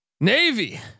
Navy